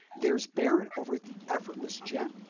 there is baron over at the effortless gent,